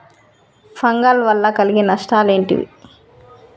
Fungal వల్ల కలిగే నష్టలేంటి?